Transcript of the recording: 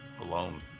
alone